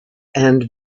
and